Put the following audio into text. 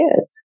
kids